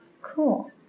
Cool